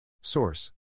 Source